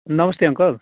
नमस्ते अङ्कल